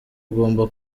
ugomba